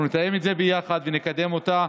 אנחנו נתאם את זה יחד ונקדם אותה.